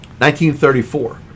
1934